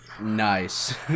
Nice